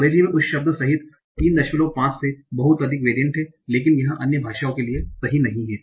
अंग्रेजी में उस शब्द सहित 35 से बहुत अधिक वेरिएंट हैं लेकिन यह अन्य भाषाओं के लिए सही नहीं है